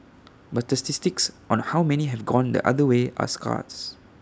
but statistics on how many have gone the other way are scarce